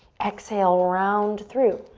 exhale, round through.